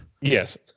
yes